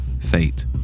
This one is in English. fate